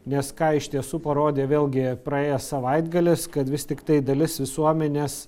nes ką iš tiesų parodė vėlgi praėjęs savaitgalis kad vis tiktai dalis visuomenės